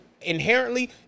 inherently